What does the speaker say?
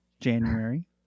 January